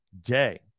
day